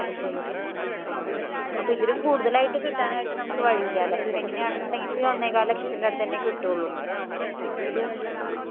പലിശ വരുന്നത് ആ ആ അപ്പം ഇതിലും കൂടുതലായിട്ട് കിട്ടാനായിട്ട് നമുക്ക് വഴിയില്ല അല്ലേ അപ്പം ഇങ്ങനെയാണെന്നൊണ്ടെങ്കില് ഒന്നേ കാൽ ലക്ഷത്തിൻറ്റെ അടുത്തുതന്നെ കിട്ടുകയുള്ളൂ ഇത് ആ